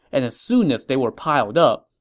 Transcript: and as soon as they were piled up,